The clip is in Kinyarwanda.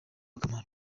akamaro